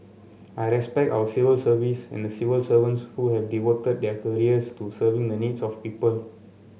I respect our civil service and the civil servants who have devoted their careers to serving the needs of people